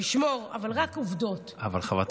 אבל הרי